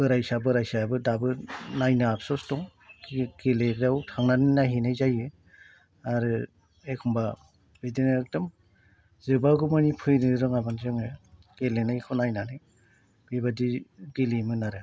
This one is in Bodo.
बोराइसा बोराइसायाबो दाबो नायनो आबसुस दं गेलेग्रायाव थांनानै नायहैनाय जायो आरो एखमब्ला बिदिनो एखदम जोबागौमानि फैनो रोङामोन जोङो गेलेनायखौ नायनानै बिबादि गेलेयोमोन आरो